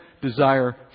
desire